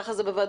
ככה זה בוועדות,